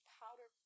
powder